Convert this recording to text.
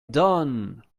done